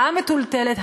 המתולתלת,